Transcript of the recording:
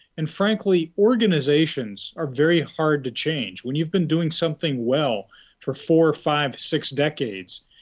and frankly, organisations are very hard to change. when you've been doing something well for four, five, six decades,